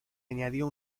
añadió